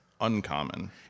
uncommon